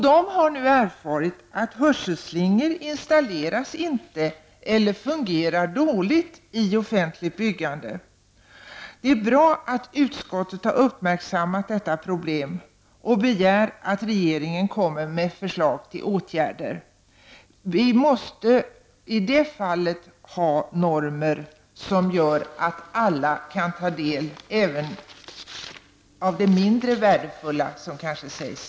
De har nu erfarit att hörselslingor inte installeras eller fungerar dåligt i offentliga byggnader. Det är bra att utskottet har uppmärksammat problemet och begär att regeringen kommer med förslag till åtgärder. Vi måste i det här fallet ha normer som gör att alla kan ta del av även det mindre värdefulla som ibland sägs.